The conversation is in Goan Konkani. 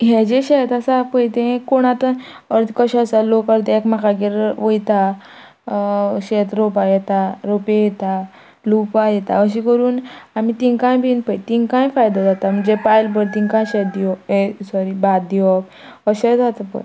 हे जें शेत आसा पय ते कोण आतां अर्द कशें आसा लोक अर्द एकमेकागेर वयता शेत रोवपा येता रोपे येता लुवपा येता अशें करून आमी तिंकाय बीन पय तिंकाय फायदो जाता म्हणजे पायल भर तिंकांय शेत दिवप हे सॉरी भात दिवप अशेंय जाता पय